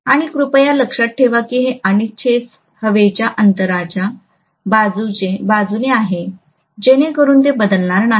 आणि कृपया लक्षात ठेवा की हे अनिच्छेस हवेच्या अंतराच्या बाजूने आहे जेणेकरून ते बदलणार नाही